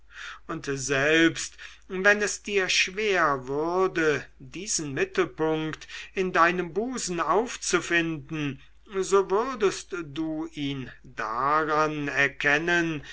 und selbst wenn es dir schwer würde diesen mittelpunkt in deinem busen aufzufinden so würdest du ihn daran erkennen